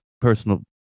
personal